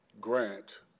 grant